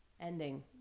ending